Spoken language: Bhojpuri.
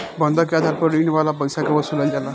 बंधक के आधार पर ऋण वाला पईसा के वसूलल जाला